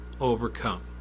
overcome